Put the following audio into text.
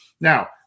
now